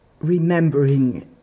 remembering